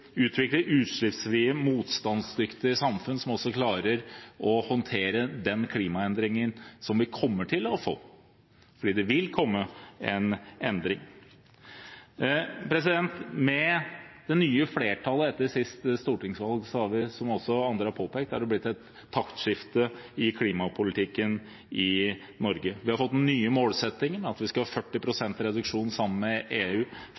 utvikle utslippsfrie og motstandsdyktige samfunn, som også klarer å håndtere den klimaendringen som vi kommer til å få, for det vil komme en endring. Med det nye flertallet, som kom etter sist stortingsvalg, er det blitt – som også andre har påpekt – et taktskifte i klimapolitikken i Norge. Vi har fått den nye målsettingen, at vi skal ha 40 pst. reduksjon sammen med EU